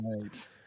Right